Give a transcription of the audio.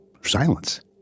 silence